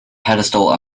pedestal